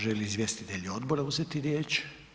Žele li izvjestitelji odbora uzeti riječ?